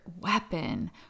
weapon